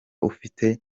ufite